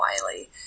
Wiley